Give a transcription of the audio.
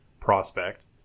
prospect